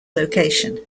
location